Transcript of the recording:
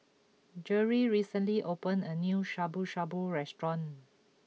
Jeri recently opened a new Shabu Shabu restaurant